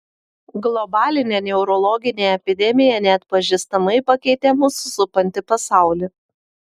globalinė neurologinė epidemija neatpažįstamai pakeitė mus supantį pasaulį